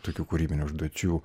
tokių kūrybinių užduočių